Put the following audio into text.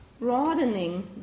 broadening